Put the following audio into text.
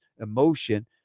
emotion